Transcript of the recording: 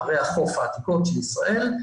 ערי החוף העתיקות של ישראל,